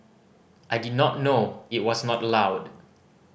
I did not know it was not allowed